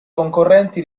concorrenti